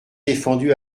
défendu